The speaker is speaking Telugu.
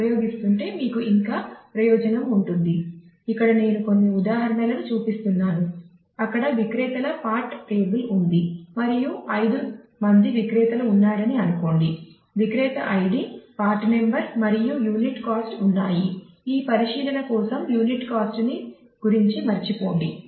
ఎందుకంటే మీరు వాస్తవానికి కాంపోసిట్ సెర్చ్ కీ ని గురించి మరచిపోండి